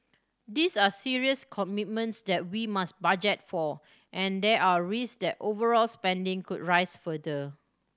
these are serious commitments that we must budget for and there are risk that overall spending could rise further